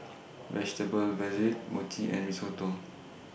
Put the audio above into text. Vegetable Jalfrezi Mochi and Risotto